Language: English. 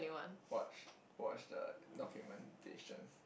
watch watch the documentation